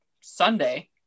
sunday